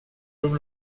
comme